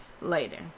later